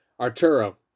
arturo